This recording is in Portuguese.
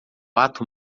ato